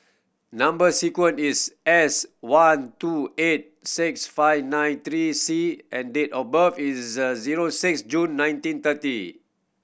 number sequence is S one two eight six five nine three C and date of birth is zero six June nineteen thirty